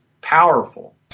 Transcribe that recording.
Powerful